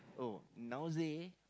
oh nowadays